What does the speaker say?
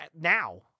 now